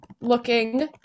looking